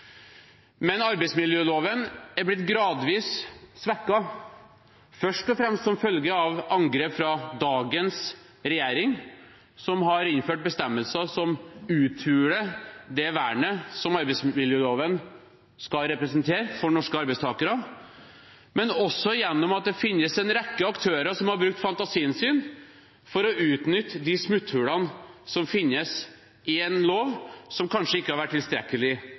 Men arbeidsmiljøloven er blitt gradvis svekket, først og fremst som følge av angrep fra dagens regjering, som har innført bestemmelser som uthuler det vernet som arbeidsmiljøloven skal representere for norske arbeidstakere, men også gjennom at det finnes en rekke aktører som har brukt fantasien sin for å utnytte de smutthullene som finnes i en lov som kanskje ikke har vært tilstrekkelig